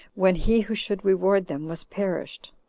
when he who should reward them was perished.